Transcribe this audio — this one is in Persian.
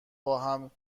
باهم